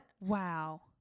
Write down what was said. Wow